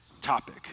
topic